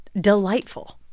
delightful